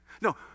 No